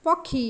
ପକ୍ଷୀ